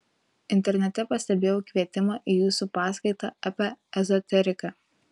internete pastebėjau kvietimą į jūsų paskaitą apie ezoteriką